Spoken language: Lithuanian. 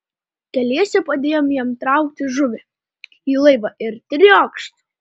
keliese padėjom jam traukti žuvį į laivą ir triokšt